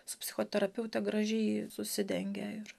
su psichoterapeute gražiai susidengia ir